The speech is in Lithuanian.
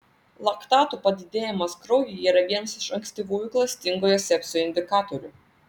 laktatų padidėjimas kraujyje yra vienas iš ankstyvų klastingojo sepsio indikatorių